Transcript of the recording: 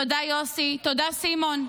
תודה יוסי, תודה סימון,